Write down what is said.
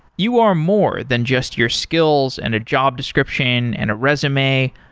you are more than just your skills, and a job description, and a resume.